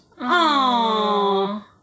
aww